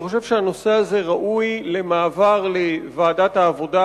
אני חושב שהנושא הזה ראוי למעבר לוועדת העבודה,